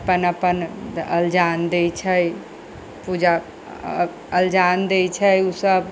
अपन अपन अजान दै छै पूजा अजान दै छै उसब